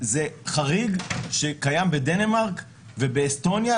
זה חריג שקיים בדנמרק ובאסטוניה,